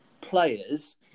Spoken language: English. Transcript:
players